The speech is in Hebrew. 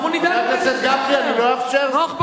חבר הכנסת גפני, אני לא אאפשר זאת.